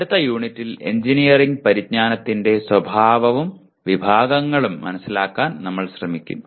അടുത്ത യൂണിറ്റിൽ എഞ്ചിനീയറിംഗ് പരിജ്ഞാനത്തിന്റെ സ്വഭാവവും വിഭാഗങ്ങളും മനസിലാക്കാൻ ഞങ്ങൾ ശ്രമിക്കും